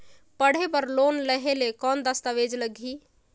पढ़े बर लोन लहे ले कौन दस्तावेज लगही?